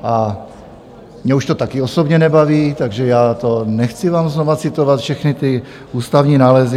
A mě už to taky osobně nebaví, takže já vám to nechci znovu citovat, všechny ty ústavní nálezy.